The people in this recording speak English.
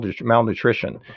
malnutrition